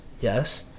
yes